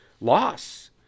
loss